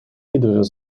iedere